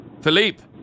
Philippe